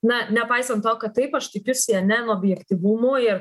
na nepaisant to kad taip aš tikiu syenen objektyvumu ir